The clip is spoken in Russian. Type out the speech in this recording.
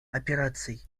операций